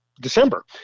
December